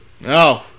no